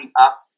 up